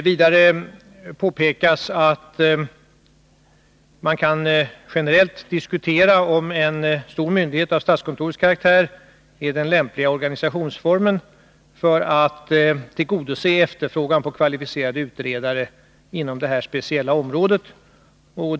Vidare påpekas att man kan generellt diskutera om en stor myndighet av statskontorets karakatär är den lämpliga organisationsformen för att tillgodose efterfrågan på kvalificerade utredare inom detta speciella område.